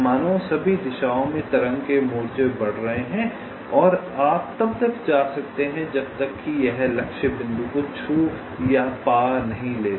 मानो सभी दिशाओं में तरंग के मोर्चे बढ़ रहे हैं और आप तब तक जा सकते हैं जब तक कि यह लक्ष्य बिंदु को छू या पा नहीं लेता